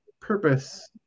purpose